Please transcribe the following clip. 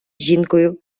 жінкою